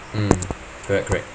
mm correct correct